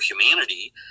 humanity